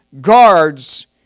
guards